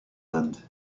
land